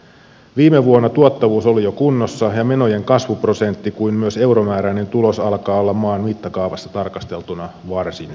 viime vuonna tuottavuus oli jo kunnossa ja niin menojen kasvuprosentti kuin myös euromääräinen tulos alkaa olla maan mittakaavassa tarkasteltuna varsin hyvä